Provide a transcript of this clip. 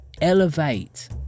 elevate